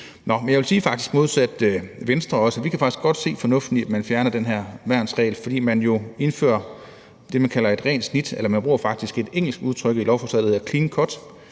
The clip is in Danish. Nå, men jeg vil sige, modsat Venstre, at vi faktisk godt kan se fornuften i, at man fjerner den her værnsregel, fordi man jo indfører det, man kalder et rent snit. Man bruger faktisk et engelsk udtryk i lovforslaget, der hedder clean cut.